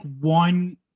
one